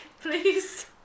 please